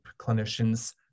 clinicians